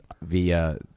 via